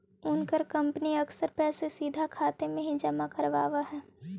उनकर कंपनी अक्सर पैसे सीधा खाते में ही जमा करवाव हई